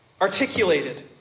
Articulated